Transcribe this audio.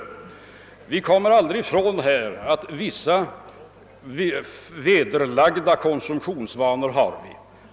Vi har vissa vedertagna konsumtionsvanor.